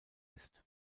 ist